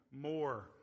more